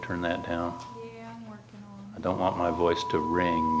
turn that down i don't want my voice to ring